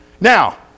Now